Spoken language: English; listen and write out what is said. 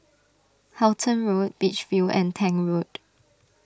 Halton Road Beach View and Tank Road